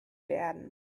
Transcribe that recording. werden